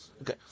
Okay